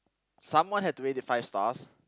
someone has to rate it five stars